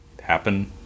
happen